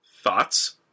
Thoughts